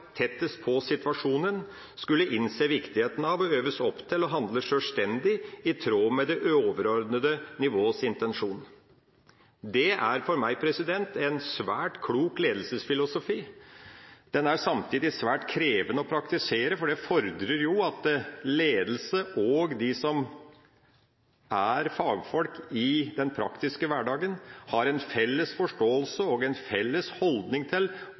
tettest på situasjonen, skulle innse viktigheten av – og øves opp til – å handle sjølstendig i tråd med det overordnede nivås intensjoner. Det er for meg en svært klok ledelsesfilosofi. Den er samtidig svært krevende å praktisere, for det fordrer at ledelsen og de som er fagfolk i den praktiske hverdagen, har en felles forståelse og en felles holdning til